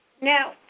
Now